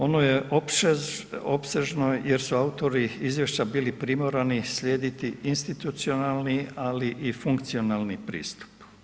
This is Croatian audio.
Ono je opsežno jer su autori izvješća bili primorani slijediti institucionalni ali i funkcionalni pristup.